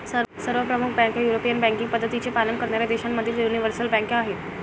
सर्व प्रमुख बँका युरोपियन बँकिंग पद्धतींचे पालन करणाऱ्या देशांमधील यूनिवर्सल बँका आहेत